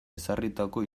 ezarritako